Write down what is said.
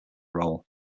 role